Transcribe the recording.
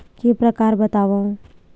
के प्रकार बतावव?